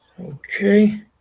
Okay